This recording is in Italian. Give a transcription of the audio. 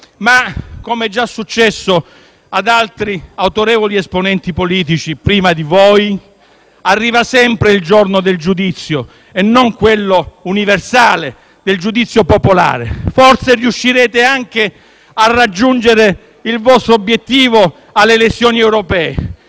Come già successo ad altri autorevoli esponenti politici prima di voi, arriva sempre il giorno del giudizio e non quello universale, ma quello popolare. Forse riuscirete anche a raggiungere il vostro obiettivo alle elezioni europee,